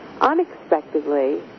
unexpectedly